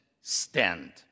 stand